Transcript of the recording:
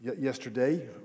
Yesterday